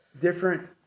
different